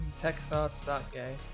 Techthoughts.gay